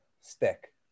stick